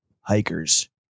Hikers